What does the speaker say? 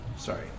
Sorry